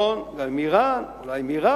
נכון, גם עם אירן, אולי עם עירק,